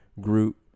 group